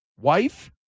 wife